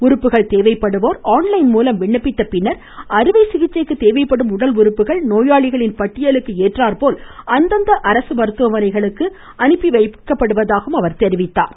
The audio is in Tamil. உறுப்புகள் தேவைப்படுவோர் ஆன்லைன் மூலம் விண்ணப்பித்த பின்னர் அறுவை சிகிச்சைக்கு தேவைப்படும் உடல்உறுப்புகள் நோயாளிகளின் பட்டியலுக்கு ஏற்றார்போல அந்தந்த அரசு மருத்துவமனைகளுக்கு அனுப்பி வைக்கப்படுவதாக அவர் கூறினார்